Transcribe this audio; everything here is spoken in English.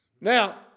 Now